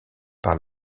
par